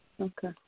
Okay